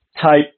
type